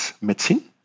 medicine